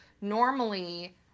normally